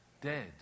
Dead